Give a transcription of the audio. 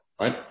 Right